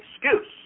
excuse